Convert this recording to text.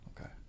Okay